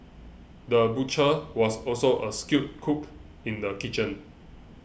the butcher was also a skilled cook in the kitchen